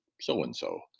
so-and-so